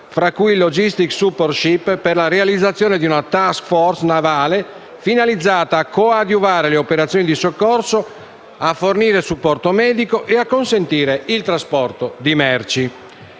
fra cui il Logistic support ship per la realizzazione di una *task force* navale finalizzata a coadiuvare le operazioni di soccorso, a fornire supporto medico e a consentire il trasporto di merci.